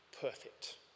perfect